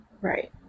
Right